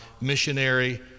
missionary